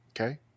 Okay